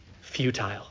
futile